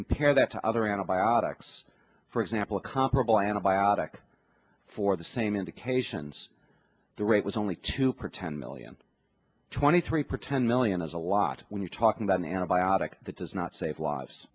compare that to other antibiotics for example a comparable antibiotic for the same indications the rate was only to pretend million twenty three pretend million is a lot when you're talking about an antibiotic that does not save lives